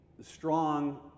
strong